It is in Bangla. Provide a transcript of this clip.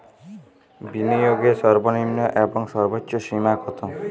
বিনিয়োগের সর্বনিম্ন এবং সর্বোচ্চ সীমা কত?